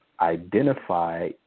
identify